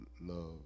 love